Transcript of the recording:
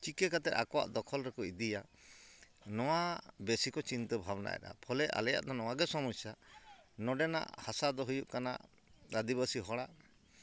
ᱪᱤᱠᱟᱹ ᱠᱟᱛᱮᱫ ᱟᱠᱚᱣᱟᱜ ᱫᱚᱠᱷᱚᱞ ᱨᱮᱠᱚ ᱤᱫᱤᱭᱟ ᱱᱚᱣᱟ ᱵᱮᱥᱤ ᱠᱚ ᱪᱤᱱᱛᱟᱹ ᱵᱷᱟᱵᱽᱱᱟᱭ ᱫᱟ ᱯᱷᱚᱞᱮ ᱟᱞᱮᱭᱟᱜ ᱫᱚ ᱱᱚᱣᱟᱜᱮ ᱥᱚᱢᱚᱥᱥᱟ ᱱᱚᱰᱮᱱᱟᱜ ᱦᱟᱥᱟ ᱫᱚ ᱦᱩᱭᱩᱜ ᱠᱟᱱᱟ ᱟᱹᱫᱤᱵᱟᱹᱥᱤ ᱦᱚᱲᱟᱜ